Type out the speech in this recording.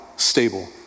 stable